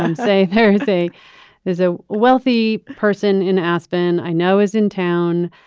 um say there is a there's a wealthy person in aspen. i know. is in town.